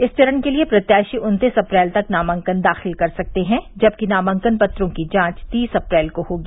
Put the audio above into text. इस चरण के लिये प्रत्याशी उन्तीस अप्रैल तक नामांकन दाखिल कर सकते हैं जबकि नामांकन पत्रों की जांच तीस अप्रैल को होगी